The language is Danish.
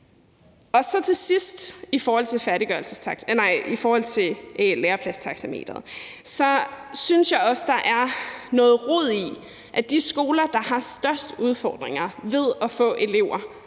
Jeg synes også, det er noget rod, at de skoler, der har størst udfordringer med og er